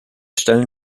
stellen